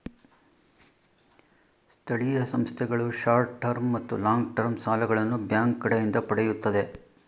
ಸ್ಥಳೀಯ ಸಂಸ್ಥೆಗಳು short term ಮತ್ತು ಲಾಂಗ್ ಟರ್ಮ್ ಸಾಲಗಳನ್ನು ಬ್ಯಾಂಕ್ ಕಡೆಯಿಂದ ಪಡೆಯುತ್ತದೆ